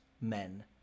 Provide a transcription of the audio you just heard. men